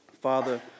Father